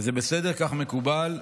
וזה בסדר, כך מקובל.